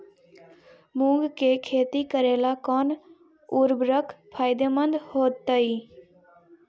मुंग के खेती करेला कौन उर्वरक फायदेमंद होतइ?